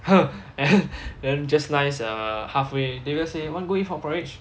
then just nice err half way darius say want go eat frog porridge